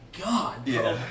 god